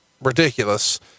ridiculous